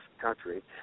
country